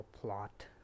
plot